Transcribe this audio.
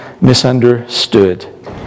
misunderstood